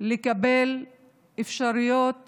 לקבל אפשרויות